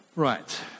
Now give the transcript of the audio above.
Right